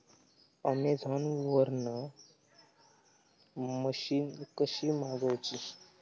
Amazon वरन machine कशी मागवची?